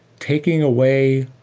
taking away,